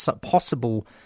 possible